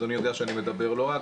אדוני יודע שאני מדבר לא רע,